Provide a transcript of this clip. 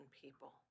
people